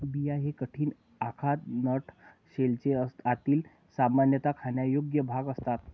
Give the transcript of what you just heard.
बिया हे कठीण, अखाद्य नट शेलचे आतील, सामान्यतः खाण्यायोग्य भाग असतात